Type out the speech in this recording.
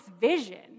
vision